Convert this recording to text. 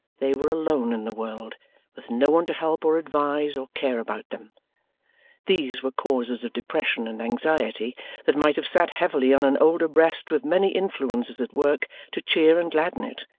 they were alone in the world with no one to help or advise or care about them these were causes of depression and anxiety that might have sat heavily on an older breast with many influences at work to cheer and gladden it,